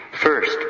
First